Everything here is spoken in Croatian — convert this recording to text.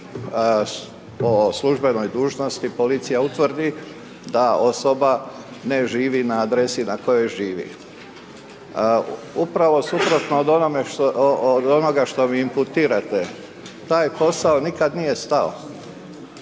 o službenoj dužnosti, policija utvrdi da osoba ne živi na adresi na kojoj živi. Upravo suprotno od onoga što mi imputirate, taj posao nikada nije stao.